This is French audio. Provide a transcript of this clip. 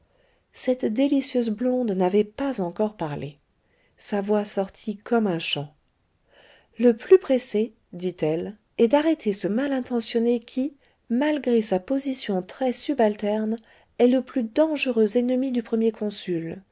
cette délicieuse blonde n'avait pas encore parlé sa voix sortit comme un chant le plus pressé dit-elle est d'arrêter ce malintentionné qui malgré sa position très subalterne est le plus dangereux ennemi du premier consul